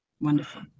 Wonderful